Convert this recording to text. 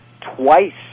twice